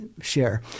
share